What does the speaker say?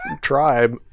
Tribe